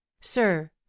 sir